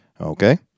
Okay